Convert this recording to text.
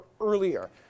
earlier